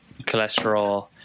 cholesterol